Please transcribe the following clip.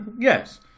Yes